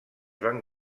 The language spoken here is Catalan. van